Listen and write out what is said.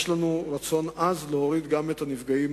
יש לנו רצון עז להוריד גם את מספר הנפגעים